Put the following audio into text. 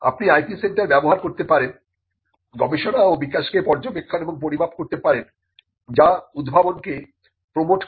আপনি IP centre টি ব্যবহার করতে পারেন গবেষণা ও বিকাশকে পর্যবেক্ষণ এবং পরিমাপ করতে পারেন যা উদ্ভাবনকে প্রোমোট করে